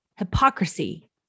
Hypocrisy